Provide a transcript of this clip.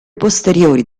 posteriori